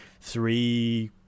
three